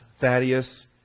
Thaddeus